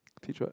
teach what